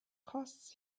costs